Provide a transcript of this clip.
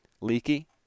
Leaky